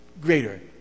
greater